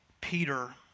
Peter